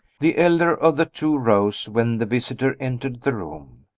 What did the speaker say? the elder of the two rose when the visitor entered the room.